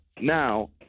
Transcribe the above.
Now